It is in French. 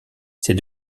ces